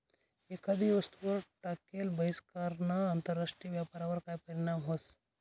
एखादी वस्तूवर टाकेल बहिष्कारना आंतरराष्ट्रीय व्यापारवर काय परीणाम व्हस?